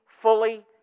fully